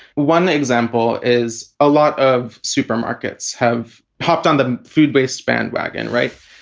one example is a lot of supermarkets have popped on the food waste bandwagon, right?